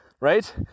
right